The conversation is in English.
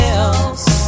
else